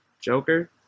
Joker